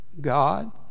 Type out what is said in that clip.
God